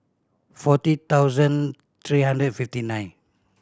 forty thousand three hundred fifty nine